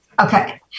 Okay